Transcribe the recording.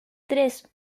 tres